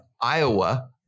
Iowa